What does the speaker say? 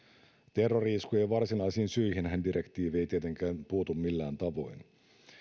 terrori iskujen varsinaisiin syihinhän direktiivi ei tietenkään puutu millään tavoin